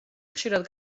ხშირად